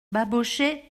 babochet